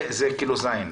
זה כאילו (ז).